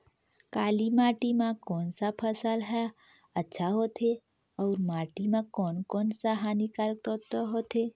काली माटी मां कोन सा फसल ह अच्छा होथे अउर माटी म कोन कोन स हानिकारक तत्व होथे?